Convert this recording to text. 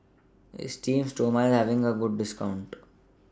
Esteem Stoma IS having A discount